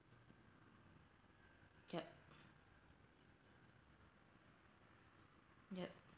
yup yup